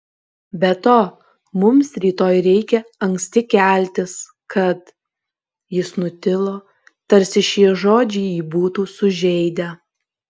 be to mums rytoj reikia anksti keltis kad jis nutilo tarsi šie žodžiai jį būtų sužeidę